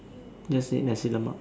just ate Nasi-Lemak